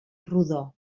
rodó